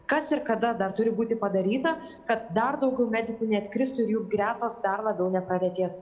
kas ir kada dar turi būti padaryta kad dar daugiau medikų neatkristų ir jų gretos dar labiau nepraretėtų